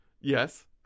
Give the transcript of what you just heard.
Yes